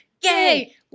Gay